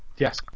Yes